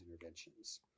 interventions